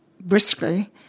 briskly